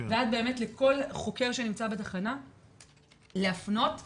ואז באמת לכל חוקר שנמצא בתחנה להפנות במקרה,